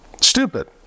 stupid